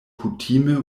kutime